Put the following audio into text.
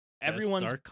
Everyone's